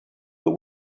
but